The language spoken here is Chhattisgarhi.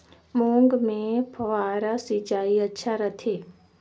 मूंग मे फव्वारा सिंचाई अच्छा रथे?